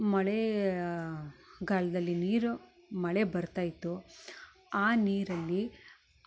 ಮಳೆ ಕಾಲ್ದಲ್ಲಿ ನೀರು ಮಳೆ ಬರ್ತಾ ಇತ್ತು ಆ ನೀರಲ್ಲಿ